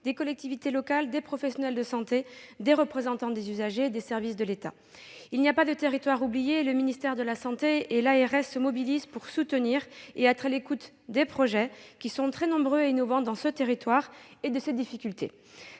des collectivités locales, des professionnels de santé, des représentants des usagers et des services de l'État. Il n'y a pas de territoire oublié : le ministère de la santé et l'ARS se mobilisent pour soutenir les projets, qui sont très nombreux et innovants dans ce territoire, et être à l'écoute